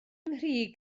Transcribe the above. nghri